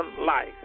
life